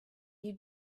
you